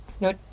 No